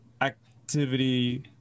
activity